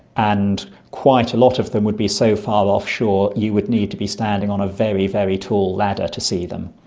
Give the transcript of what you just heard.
and quite a lot of them would be so far offshore you would need to be standing on a very, very tall ladder to see them.